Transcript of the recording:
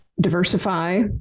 diversify